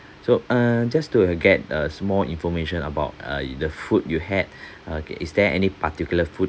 so um just to uh get a small information about uh the food you had okay is there any particular food